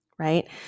right